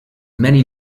many